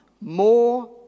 more